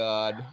God